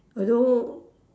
!aiyo!